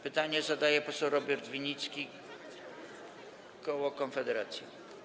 Pytanie zadaje poseł Robert Winnicki, koło Konfederacja.